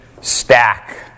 stack